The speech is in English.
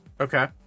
Okay